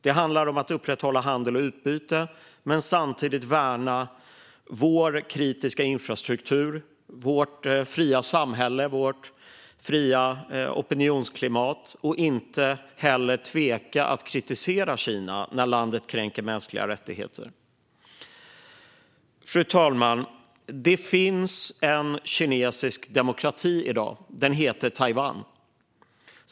Det handlar om att upprätthålla handel och utbyte men samtidigt värna vår kritiska infrastruktur, vårt fria samhälle och vårt fria opinionsklimat och inte tveka att kritisera Kina när landet kränker mänskliga rättigheter. Fru talman! Det finns en kinesisk demokrati i dag - den heter Taiwan.